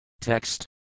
Text